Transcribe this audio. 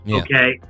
okay